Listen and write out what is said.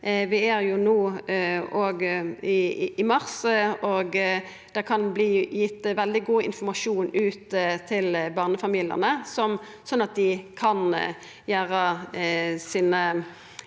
Vi er no i mars, og det kan bli gitt veldig god informasjon til barnefamiliane sånn at dei kan gjera